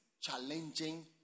challenging